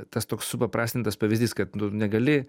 tas toks supaprastintas pavyzdys kad tu negali